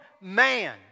man